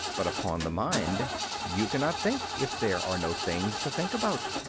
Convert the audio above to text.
but upon the mind you cannot think if there are no things to think about.